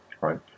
right